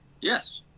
Yes